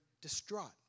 distraught